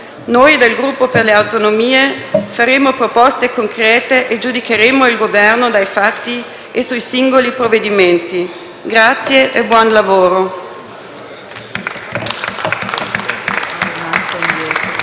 Noi del Gruppo per le Autonomie faremo proposte concrete e giudicheremo il Governo dai fatti e sui singoli provvedimenti. Buon lavoro.